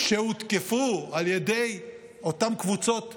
שהותקפו על ידי אותן קבוצות פורעים,